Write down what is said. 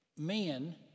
men